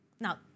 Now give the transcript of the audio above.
Now